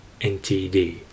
NTD